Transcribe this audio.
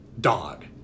dog